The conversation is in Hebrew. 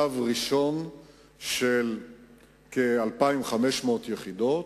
שלב ראשון של כ-2,500 יחידות,